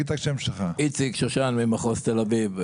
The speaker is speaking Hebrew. איציק שושן ממחוז תל אביב.